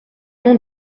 nom